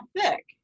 thick